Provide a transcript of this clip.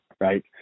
right